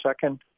second